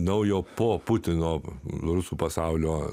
naujo po putino rusų pasaulio